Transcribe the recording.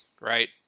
right